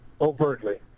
overtly